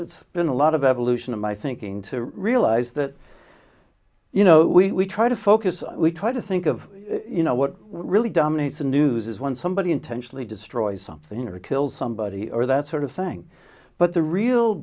it's been a lot of evolution of my thinking to realise that you know we try to focus we try to think of you know what really dominates the news is when somebody intentionally destroy something or kill somebody or that sort of thing but the real